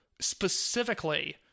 specifically